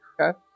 Okay